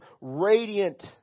radiant